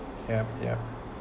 yup yup